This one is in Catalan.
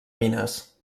mines